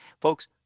Folks